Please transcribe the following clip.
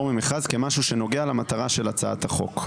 ממכרז כמשהו שנוגע למטרה של הצעת החוק.